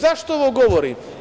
Zašto ovo govorim?